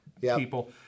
people